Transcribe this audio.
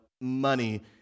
money